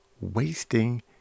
wasting